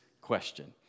question